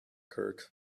kirk